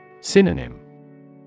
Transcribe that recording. Synonym